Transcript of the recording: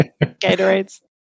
Gatorades